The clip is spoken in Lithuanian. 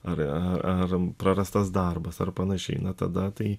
ar ar ar prarastas darbas ar panašiai na tada tai